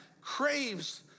craves